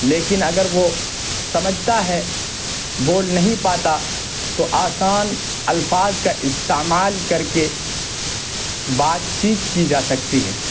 لیکن اگر وہ سمجھتا ہے بول نہیں پاتا تو آسان الفاظ کا استعمال کر کے بات چیت کی جا سکتی ہے